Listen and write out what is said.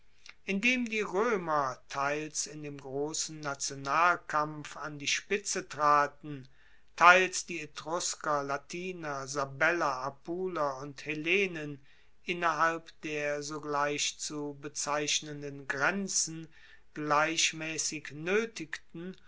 indem die roemer teils in dem grossen nationalkampf an die spitze traten teils die etrusker latiner sabeller apuler und hellenen innerhalb der sogleich zu bezeichnenden grenzen gleichmaessig noetigten